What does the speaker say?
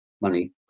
money